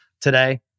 today